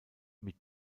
mit